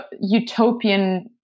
utopian